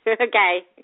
Okay